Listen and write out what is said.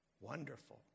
Wonderful